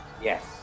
Yes